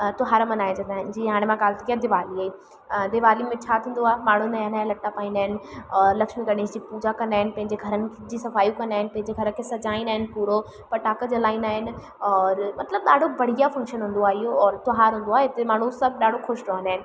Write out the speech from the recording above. तयोहार मल्हाइजंदा आहिनि जीअं हाणे मां ॻाल्हि थी कयां दीवालीअ जी दीवाली में छा थींदो आहे माण्हू नवां नवां लटा पाईंदा आहिनि और लक्ष्मी गणेश जी पूजा कंदा आहिनि पंहिंजे घरनि जी सफ़ायूं कंदा आहिनि पंहिंजे घर खे सजाईंदा आहिनि पूरो फटाका जलाईंदा आहिनि और मतिलबु ॾाढो बढ़िया फंक्शन हूंदो आहे इहो और त्योहार हूंदो आहे हिते माण्हू सभु ॾाढो ख़ुशि रहंदा आहिनि